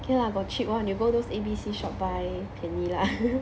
okay lah got cheap one you go those A_B_C shop buy 便宜 lah